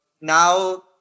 now